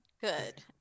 Good